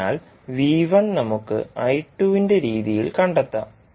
അതിനാൽ V1 നമുക്ക് I2 ന്റെ രീതിയിൽ കണ്ടെത്താം